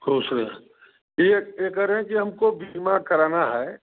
खुश रहिए यह यह कह रहे हैं कि हमको बीमा कराना है